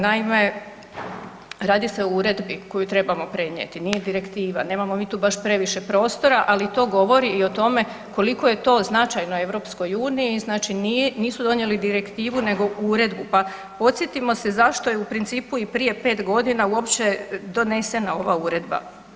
Naime, radi se o uredbi koju trebamo prenijeti, nije direktiva, nemamo mi tu baš previše prostora ali to govori i o tome koliko je to značajno EU-u, znači nisu donijeli direktivu nego uredbu pa podsjetimo se zašto je u principu i prije 5 g. uopće donesena ova uredba.